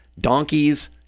Donkeys